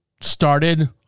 started